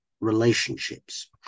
relationships